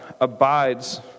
abides